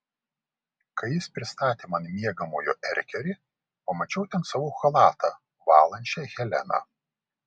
kai jis pristatė man miegamojo erkerį pamačiau ten savo chalatą valančią heleną